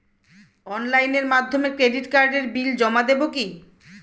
অনলাইনের মাধ্যমে ক্রেডিট কার্ডের বিল জমা দেবো কি?